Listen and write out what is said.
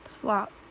Flop